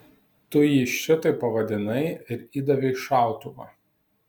tu jį šitaip pavadinai ir įdavei šautuvą